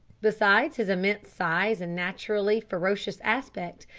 besides his immense size and naturally ferocious aspect,